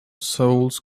souls